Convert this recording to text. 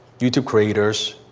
youtube creators.